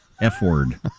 F-word